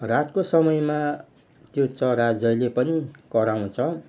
रातको समयमा त्यो चरा जहिले पनि कराउँछ